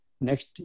next